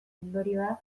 ondorioa